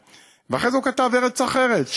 ואחרי זה הוא כתב "ארץ אחרת".